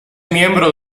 miembro